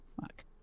fuck